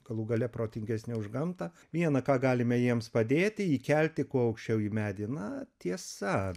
galų gale protingesni už gamtą viena ką galime jiems padėti įkelti kuo aukščiau į medį na tiesa